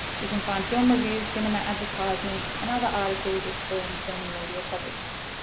you can find film reviews, cinema advertisements and other articles, exploring film and media topics.